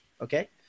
Okay